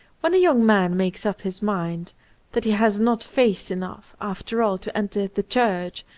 when a young man makes up his mind that he has not faith enough, after all, to enter the church,